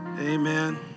Amen